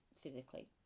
physically